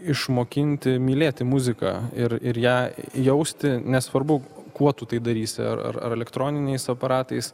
išmokinti mylėti muziką ir ir ją jausti nesvarbu kuo tu tai darysi ar ar ar elektroniniais aparatais